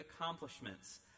accomplishments